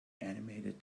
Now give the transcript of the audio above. animated